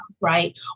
right